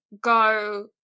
go